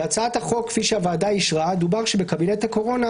בהצעת החוק כפי שהוועדה אישרה דובר שבקבינט הקורונה